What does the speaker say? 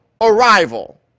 arrival